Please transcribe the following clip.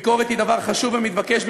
ביקורת היא דבר חשוב ומתבקש,